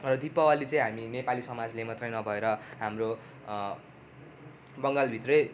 र दिपवाली चाहिँ हामी नेपाली समाजले मात्रै नभएर हाम्रो बङ्गालभित्रै